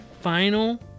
Final